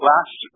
Last